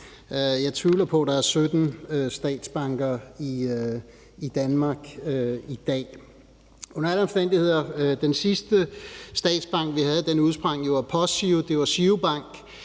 Jeg tvivler på, at der er 17 statsbanker i Danmark i dag. Under alle omstændigheder udsprang den sidste statsbank, vi havde, Postgiro. Det var GiroBank,